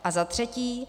A za třetí.